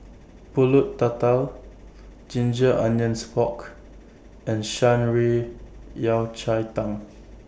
Pulut Tatal Ginger Onions Pork and Shan Rui Yao Cai Tang